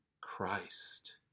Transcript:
Christ